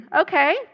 okay